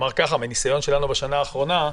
מניסיון שלנו בשנה האחרונה,